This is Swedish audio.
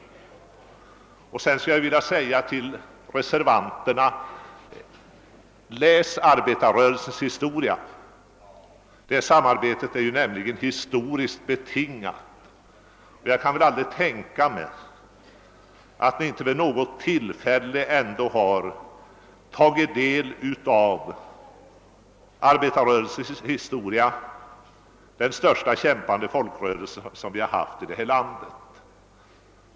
Och jag skulle vilja säga till reservanterna: Läs arbetarrörelsens historia! Samarbetet är nämligen historiskt betingat. Jag kan inte tänka mig annat än att ni ändå vid något tillfälle har tagit del av arbetarrörelsens historia — de dokument som berättar om den största kämpande folkrörelse som vi har haft och har i detta land.